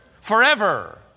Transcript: forever